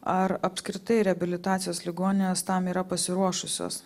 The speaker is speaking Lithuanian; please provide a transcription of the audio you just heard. ar apskritai reabilitacijos ligoninės tam yra pasiruošusios